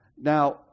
Now